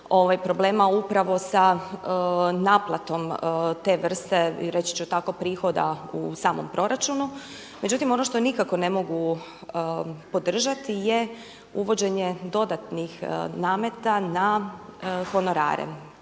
problema upravo sa naplatom te vrste i reći ću tako prihoda u samom proračunu. Međutim ono što nikako ne mogu podržati je uvođenje dodatni nameta na honorare,